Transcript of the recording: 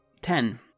Ten